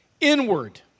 inward